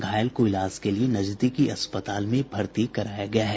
घायल व को इलाज के लिए नजदीकी अस्पताल में भर्ती कराया गया है